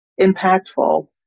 impactful